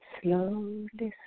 slowly